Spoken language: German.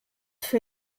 für